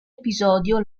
episodio